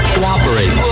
Cooperate